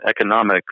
economic